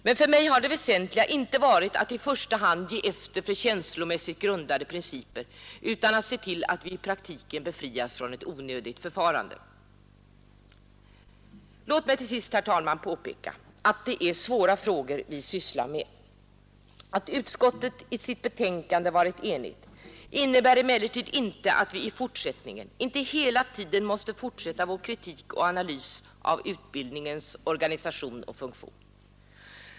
Men för mig har det väsentliga inte varit att i första hand ge efter för känslomässigt grundade principer utan att se till att vi i praktiken befrias från ett onödigt förfarande. Låt mig till sist, herr talman, påpeka att vi sysslar med svåra frågor. Att utskottet i sitt betänkande har varit enigt innebär emellertid inte att vi inte hela tiden måste fortsätta vår kritik och analys av utbildningens organisation och funktion.